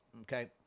okay